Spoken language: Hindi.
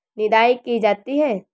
निदाई की जाती है?